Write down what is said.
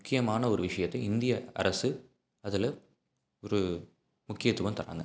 முக்கியமான ஒரு விஷயத்தை இந்திய அரசு அதில் ஒரு முக்கியத்துவம் தர்றாங்க